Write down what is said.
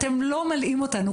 אתם לא מלאים אותנו,